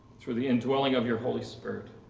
through the indwelling of your holy spirit.